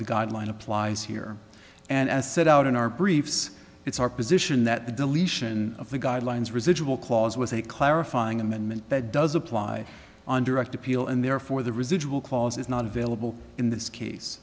the guideline applies here and as set out in our briefs it's our position that the deletion of the guidelines residual clause was a clarifying amendment that does apply on direct appeal and therefore the residual clause is not available in this case